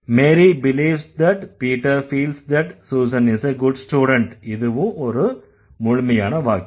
Mary believes that Peter feels that Susan is a good student இதுவும் ஒரு முழுமையான வாக்கியம்